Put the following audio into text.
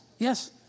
Yes